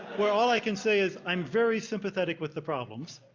well, all i can say is i'm very sympathetic with the problems.